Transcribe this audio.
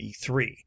E3